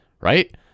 Right